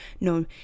no